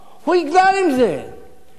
זה נזק קשה מבחינתנו.